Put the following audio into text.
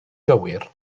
gywir